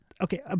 Okay